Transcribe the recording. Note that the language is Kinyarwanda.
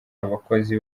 abakozi